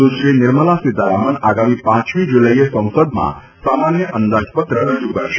સુશ્રી નિર્મલા સીતારામન આગામી પાંચમી જુલાઇએ સંસદમાં સામાન્ય અંદાજપત્ર રજૂ કરશે